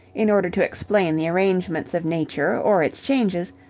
in order to explain the arrangements of nature or its changes,